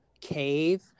cave